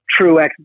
Truex